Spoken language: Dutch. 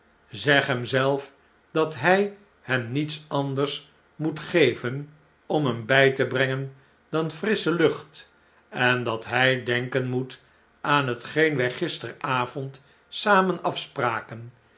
hem zelf dat hij hem niets anders moet geven om hem by te brengen dan frissche lucht en dat hj denken moet aan hetgeen wy gisteravond samen afspraken